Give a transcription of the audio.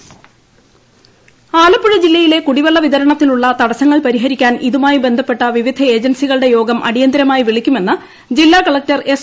ട്ടടടടടടടടടടടട ആലപ്പുഴ കുടിവെള്ളം ആലപ്പുഴ ജില്ലയിലെ കുടിവെള്ള വിതരണത്തിലുള്ള തടസ്സങ്ങൾ പരിഹരിക്കാൻ ഇതുമായി ബന്ധപ്പെട്ട വിവിധ ഏജൻസികളുടെ യോഗം അടിയന്തിരമായി വിളിക്കുമെന്ന് ജില്ലാ കളക്ടർ എസ്